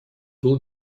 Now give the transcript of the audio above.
был